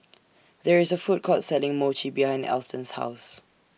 There IS A Food Court Selling Mochi behind Alston's House